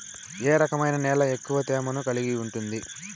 ఏ రకమైన నేల ఎక్కువ తేమను కలిగి ఉంటుంది?